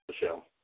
Michelle